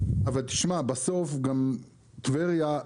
אבל בסוף גם טבריה,